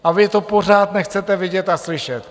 A vy to pořád nechcete vidět a slyšet.